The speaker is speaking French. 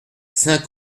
saint